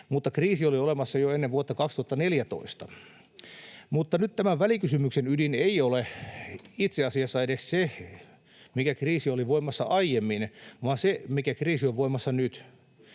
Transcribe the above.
mutta kriisi oli olemassa jo ennen vuotta 2014. Mutta nyt tämän välikysymyksen ydin ei ole itse asiassa edes se, mikä kriisi oli voimassa aiemmin, vaan se, mikä kriisi on voimassa nyt.